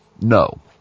No